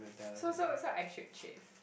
so so so I should chase